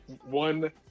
one